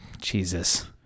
Jesus